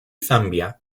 zambia